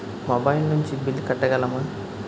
Mobile నుంచి bill కట్టగలమ?